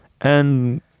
And-